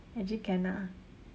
actually can ah